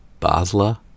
Basla